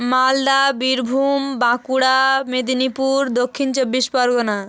মালদা বীরভূম বাঁকুড়া মেদিনীপুর দক্ষিণ চব্বিশ পরগনা